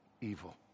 evil